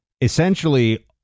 essentially